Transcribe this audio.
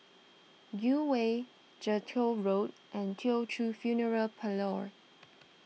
Gul Way Jellicoe Road and Teochew Funeral Parlour